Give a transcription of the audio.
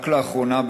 רק לאחרונה,